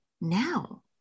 now